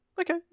Okay